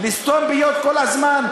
לסתום פיות כל הזמן?